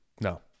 no